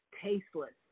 tasteless